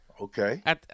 Okay